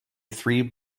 three